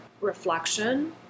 reflection